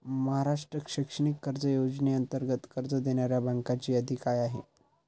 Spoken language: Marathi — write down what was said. महाराष्ट्र शैक्षणिक कर्ज योजनेअंतर्गत कर्ज देणाऱ्या बँकांची यादी काय आहे?